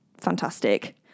fantastic